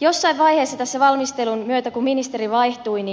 jossain vaiheessa tässä valmistelun myötä kun ministeri vaihtui